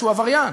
שהוא עבריין.